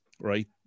right